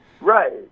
Right